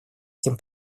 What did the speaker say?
этим